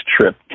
trip